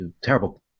terrible